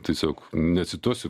tiesiog necituosiu